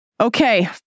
Okay